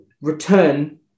return